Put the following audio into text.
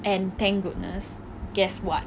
and thank goodness guess what